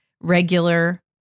regular